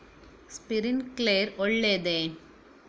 Sprinkler ಒಳ್ಳೇದೇ?